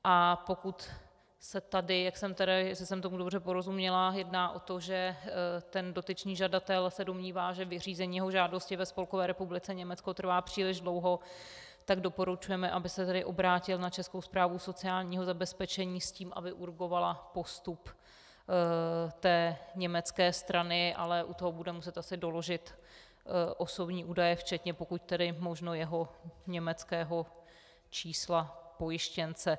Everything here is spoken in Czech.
A pokud se tady, jestli jsem tomu dobře porozuměla, jedná o to, že se dotyčný žadatel domnívá, že vyřízení jeho žádosti ve Spolkové republice Německo trvá příliš dlouho, tak doporučujeme, aby se obrátil na Českou správu sociálního zabezpečení s tím, aby urgovala postup německé strany, ale u toho bude muset asi doložit osobní údaje, včetně, pokud možno, jeho německého čísla pojištěnce.